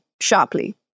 sharply